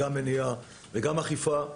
גם מניעה וגם אכיפה.